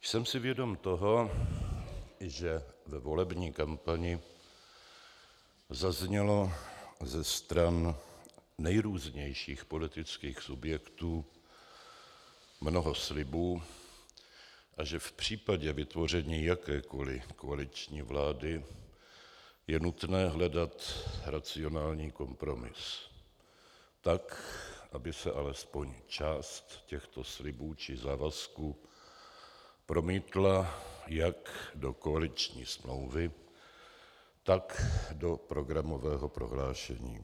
Jsem si vědom toho, že ve volební kampani zaznělo ze stran nejrůznějších politických subjektů mnoho slibů a že v případě vytvoření jakékoli koaliční vlády je nutné hledat racionální kompromis tak, aby se alespoň část těchto slibů či závazků promítla jak do koaliční smlouvy, tak do programového prohlášení.